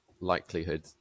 likelihood